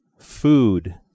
food